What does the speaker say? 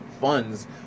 funds